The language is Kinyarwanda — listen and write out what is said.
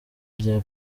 rya